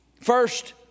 First